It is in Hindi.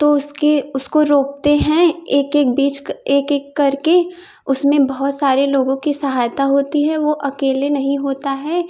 तो उसके उसको रोपते हैं एक एक बीज का एक एक करके उसमें बहुत सारी लोगों की सहायता होती है वो अकेले नहीं होता है